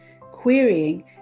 querying